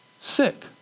sick